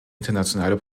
internationale